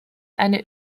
eine